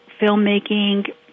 filmmaking